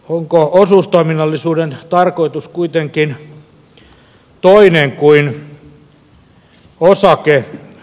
onko osuustoiminnallisuuden tarkoitus kuitenkin toinen kuin osakeyhtiöiden